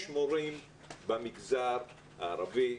יש מורים במגזר הערבי,